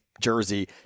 Jersey